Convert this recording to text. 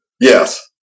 Yes